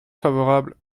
favorable